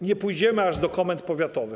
Nie pójdziemy aż do komend powiatowych.